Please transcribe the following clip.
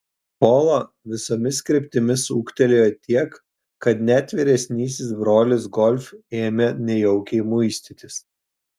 polo visomis kryptimis ūgtelėjo tiek kad net vyresnysis brolis golf ėmė nejaukiai muistytis